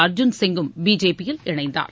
அர்ஜுன் சிங்கும் பிஜேபியில் இணைந்தார்